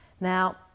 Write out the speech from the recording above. now